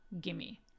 Gimme